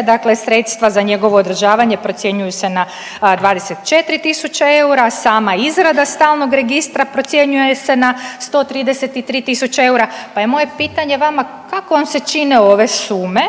dakle sredstva za njegovo održavanje procjenjuju se na 24 tisuće eura, a sama izrada stalnog registra procjenjuje se na 133 tisuće eura, pa je moje pitanje vama, kako vam se čine ove sume